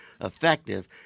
effective